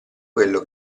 quello